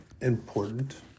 important